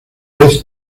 vez